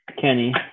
Kenny